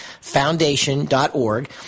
foundation.org